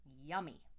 Yummy